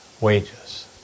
wages